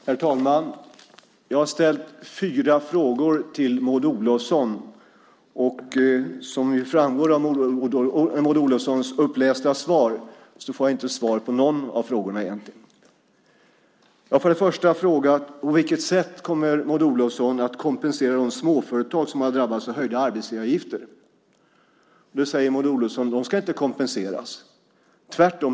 Herr talman! Jag har ställt fyra frågor till Maud Olofsson, och som framgår av hennes upplästa svar får jag egentligen inte svar på någon av frågorna. Jag har för det första frågat på vilket sätt Maud Olofsson kommer att kompensera de småföretag som har drabbats av höjda arbetsgivaravgifter. Då säger hon att de inte ska kompenseras - tvärtom.